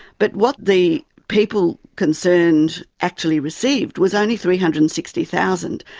but what the people concerned actually received was only three hundred and sixty thousand